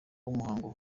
umuhango